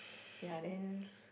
ya then